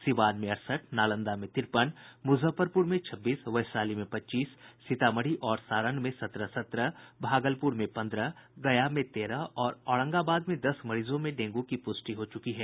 सीवान में अड़सठ नालंदा में तिरपन मुजफ्फरपुर में छब्बीस वैशाली में पच्चीस सीतामढ़ी और सारण में स़त्रह सत्रह भागलपुर में पन्द्रह गया में तेरह और औरंगाबाद में दस मरीजों में डेंगू की पुष्टि हो चुकी है